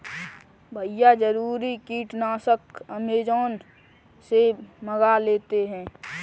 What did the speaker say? भैया जरूरी कीटनाशक अमेजॉन से मंगा लेते हैं